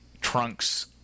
trunks